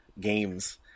games